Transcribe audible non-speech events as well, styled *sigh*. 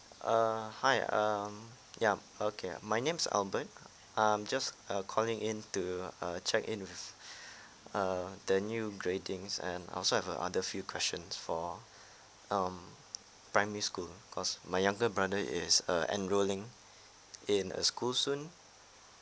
err hi um ya okay my name's albert I'm just uh calling in to uh check in with *breath* uh the new gradings and I also have a other few questions for um primary school cause my younger brother is uh enrolling in a school soon